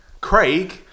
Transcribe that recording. Craig-